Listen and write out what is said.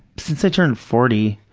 since i turned forty,